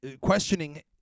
questioning